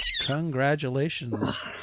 Congratulations